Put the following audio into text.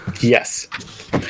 yes